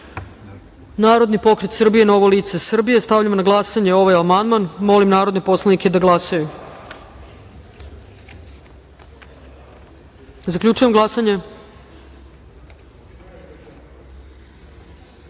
Narodni pokret Srbije - Novo lice Srbije. Stavljam na glasanje ovaj amandman. Molim narodne poslanike da glasaju. Zaključujem glasanje: